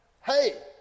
hey